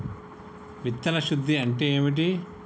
విత్తన శుద్ధి అంటే ఏంటి?